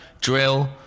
drill